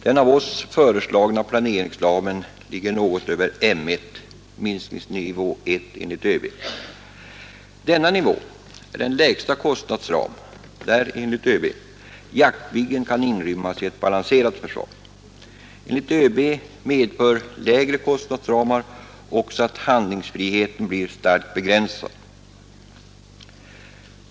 Den av oss föreslagna planeringsramen ligger något över M 1 . Denna nivå är den lägsta kostnadsram där — enligt ÖB - Jaktviggen kan inrymmas i ett balanserat försvar. Enligt ÖB medför lägre kostnadsramar också att Nr 91 handlingsfriheten blir starkt begränsad.